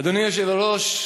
אדוני היושב-ראש,